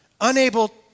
unable